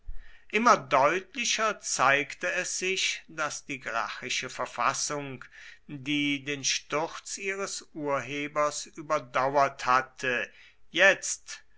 immer deutlicher zeigte es sich daß die gracchische verfassung die den sturz ihres urhebers überdauert hatte jetzt